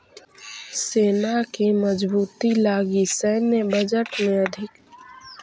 सेना के मजबूती लगी सैन्य बजट में अधिक खर्च कैल जा रहल हई